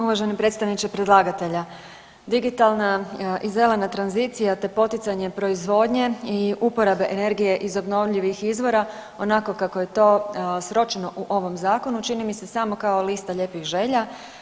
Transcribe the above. Uvaženi predstavniče predlagatelja, digitalna i zelena tranzicija, te poticanje proizvodnje i uporabe energije iz obnovljivih izvora onako kako je to sročeno u ovom zakonu čini mi se samo kao lista lijepih želja.